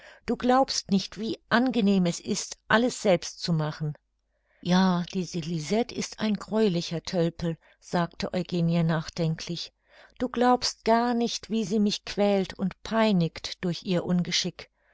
du glaubst nicht wie angenehm es ist alles selbst zu machen ja diese lisette ist ein gräulicher tölpel sagte eugenie nachdenklich du glaubst gar nicht wie sie mich quält und peinigt durch ihr ungeschick